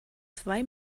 zwei